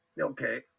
okay